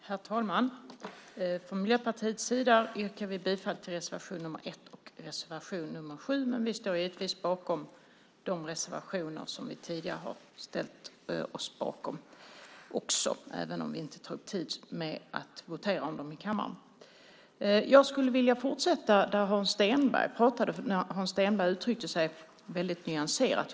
Herr talman! Vi i Miljöpartiet yrkar bifall till reservation nr 1 och reservation nr 7, men vi står givetvis bakom de reservationer som vi tidigare har ställt oss bakom även om vi inte tänker ta upp tid med att votera om dem i kammaren. Jag vill fortsätta med det som Hans Stenberg pratade om. Han uttryckte sig väldigt nyanserat.